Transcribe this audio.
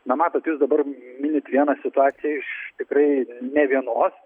na matot jūs dabar minit vieną situaciją iš tikrai ne vienos